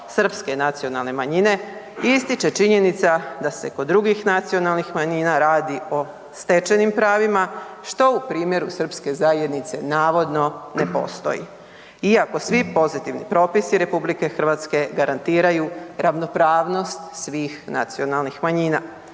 srpske nacionalne manjine ističe činjenica da se kod drugih nacionalnih manjina radi o stečenim pravima, što u primjeru srpske zajednice navodno ne postoji, iako svi pozitivni propisi RH garantiraju ravnopravnost svih nacionalnih manjina.